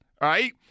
right